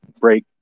break